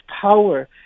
power